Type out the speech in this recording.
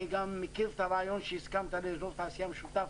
אני גם מכיר את הרעיון שהסכמת לאזור תעשייה משותף,